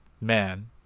man